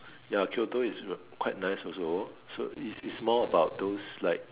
ya Kyoto is quite nice also so is is more about those like